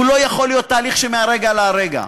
הוא לא יכול להיות תהליך מהרגע להרגע.